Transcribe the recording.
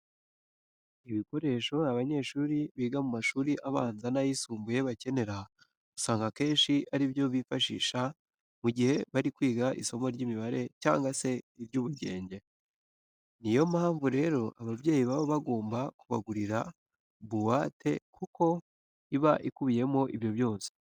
Ibikoresho abanyeshuri biga mu mashuri abanza n'ayisumbuye bakenera, usanga akenshi ari ibyo bifashisha mu gihe bari kwiga isomo ry'imibare cyangwa se iry'ubugenge. Ni yo mpamvu rero ababyeyi baba bagomba kubagurira buwate kuko iba ikubiyemo ibyo byose.